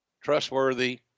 trustworthy